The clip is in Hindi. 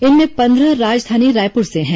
इनमें पंद्रह राजधानी रायपुर से हैं